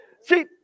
See